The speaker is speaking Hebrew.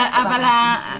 נכון.